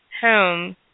home